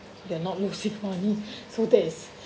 you're not losing money so that is